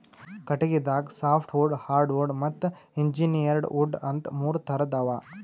ಕಟಗಿದಾಗ softwood hardwood ಮತ್ತ್ engineered wood ಅಂತಾ ಮೂರ್ ಥರದ್ ಅವಾ